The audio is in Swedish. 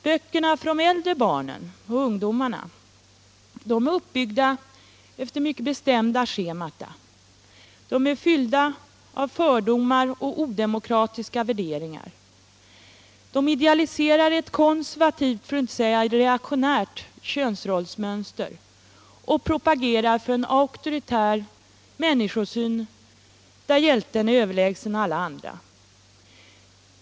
Böckerna för de äldre barnen och ungdomarna är uppbyggda efter mycket bestämda scheman, de är fulla av fördomar och odemokratiska värderingar. De idealiserar ett konservativt, för att inte säga reaktionärt, könsrollsmönster och propagerar för en auktoritär människosyn, där hjälten är överlägsen alla andra.